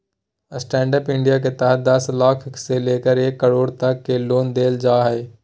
stand up India के तहत दस लाख से लेकर एक करोड़ तक के लोन देल जा हइ